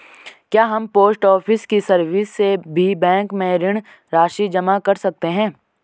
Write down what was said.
क्या हम post office की सर्विस से भी बैंक में ऋण राशि जमा कर सकते हैं?